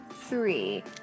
three